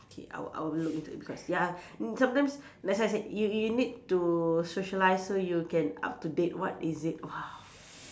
okay I will I will look into it because ya sometimes like I said you you you need to socialise so you can up to date what is it !wah!